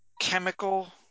chemical